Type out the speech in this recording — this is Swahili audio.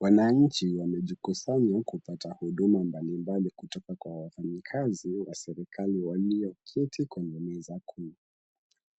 Wananchi wamejikusanya kupata huduma mbalimbali kutoka kwa wafanyikazi wa serikali walioketi kwenye meza kuu.